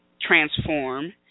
transform